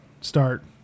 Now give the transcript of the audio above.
start